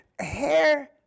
hair